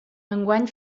enguany